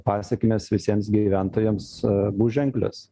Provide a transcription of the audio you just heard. pasekmės visiems gyventojams bus ženklios